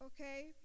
Okay